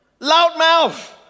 loudmouth